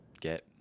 get